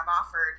offered